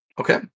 Okay